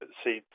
see